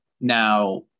Now